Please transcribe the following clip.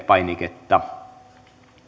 painiketta